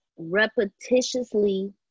repetitiously